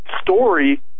story